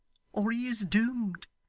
or he is doomed,